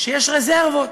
שיש רזרבות,